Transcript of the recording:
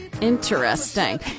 Interesting